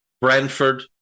Brentford